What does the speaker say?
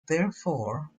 therefore